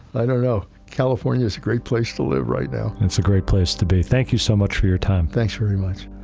i don't know, california is a great place to live right now. it's a great place to be. thank you so much for your time. thanks very much.